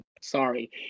Sorry